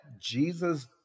Jesus